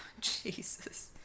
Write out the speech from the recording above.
Jesus